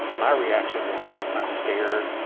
my reaction was, i'm scared,